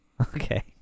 Okay